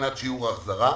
מבחינת שיעור ההחזרה.